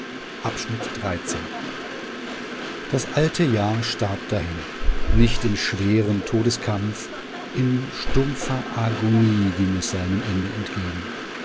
das alte jahr starb dahin nicht in schwerem todeskampf in stumpfer agonie ging es seinem ende entgegen